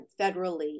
federally